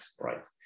right